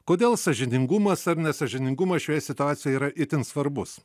kodėl sąžiningumas ar nesąžiningumas šioje situacijoje yra itin svarbus